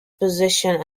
position